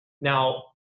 Now